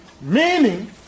Meaning